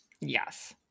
Yes